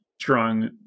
strong